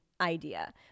idea